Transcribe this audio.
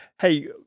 Hey